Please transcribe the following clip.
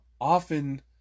often